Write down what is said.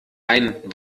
ein